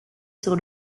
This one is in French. sur